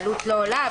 העלות לא עולה,